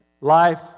life